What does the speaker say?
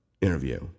interview